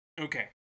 Okay